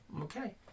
Okay